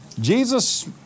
Jesus